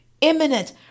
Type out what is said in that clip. imminent